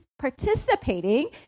participating